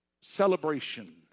celebration